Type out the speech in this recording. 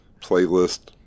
playlist